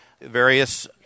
various